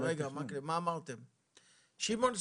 שמעון סודאי,